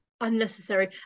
unnecessary